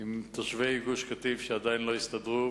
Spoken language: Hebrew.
על תושבי גוש-קטיף שעדיין לא הסתדרו,